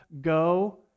go